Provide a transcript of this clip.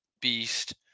beast